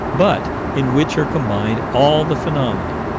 but in which are combined all the phenomena,